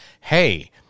hey